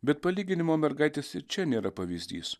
bet palyginimo mergaitės ir čia nėra pavyzdys